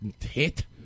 hit